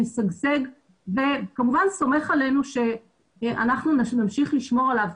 משגשג וכמובן סומך עלינו שאנחנו נמשיך לשמור עליו.